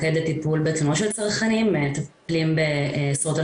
לפעמים הוא מוצלח פחות,